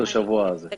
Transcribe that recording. אתה